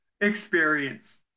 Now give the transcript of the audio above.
experience